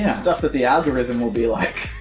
yeah stuff that the algorithm will be like,